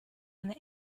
eine